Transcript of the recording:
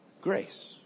grace